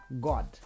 God